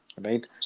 right